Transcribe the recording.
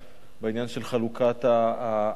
בעניין של חלוקת ההכנסות